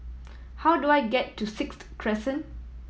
how do I get to Sixth Crescent